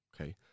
Okay